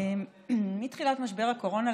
מתחילת משבר הקורונה,